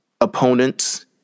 opponents